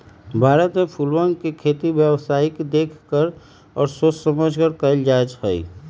भारत में फूलवन के खेती व्यावसायिक देख कर और सोच समझकर कइल जाहई